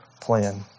plan